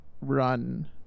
run